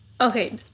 Okay